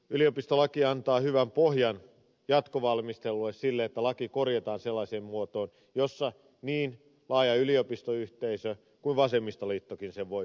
yliopistolaki antaa hyvän pohjan jatkovalmistelulle sille että laki korjataan sellaiseen muotoon jossa niin laaja yliopistoyhteisö kuin vasemmistoliittokin sen voivat hyväksyä